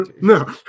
no